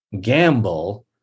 gamble